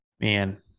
Man